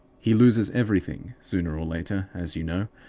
he loses everything, sooner or later, as you know,